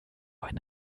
ein